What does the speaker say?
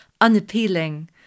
unappealing